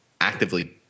actively